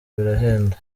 birahenda